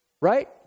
Right